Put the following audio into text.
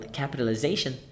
capitalization